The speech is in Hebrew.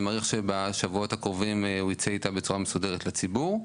מעריך שבשבועות הקרובים הוא ייצא איתה בצורה מסודרת לציבור.